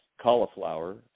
Cauliflower